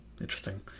interesting